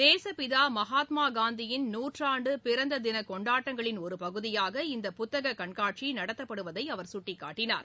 தேசப்பிதா மகாத்மாகாந்தியின் நூற்றாண்டு பிறந்த தின கொண்டாட்டங்களின் ஒரு பகுதியாக இந்த புத்தக கண்காட்சி நடத்தப்படுவதை அவர் சுட்டிக்காட்டினார்